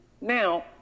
Now